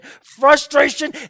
frustration